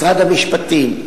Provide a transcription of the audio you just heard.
משרד המשפטים,